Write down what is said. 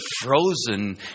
frozen